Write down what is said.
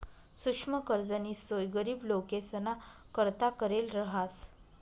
सुक्ष्म कर्जनी सोय गरीब लोकेसना करता करेल रहास